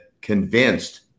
convinced